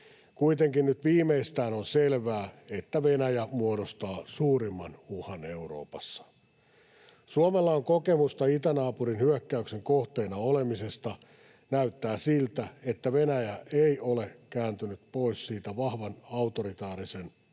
Kuitenkin nyt viimeistään on selvää, että Venäjä muodostaa suurimman uhan Euroopassa. Suomella on kokemusta itänaapurin hyökkäyksen kohteena olemisesta. Näyttää siltä, että Venäjä ei ole kääntynyt pois siitä vahvan autoritaarisen johdon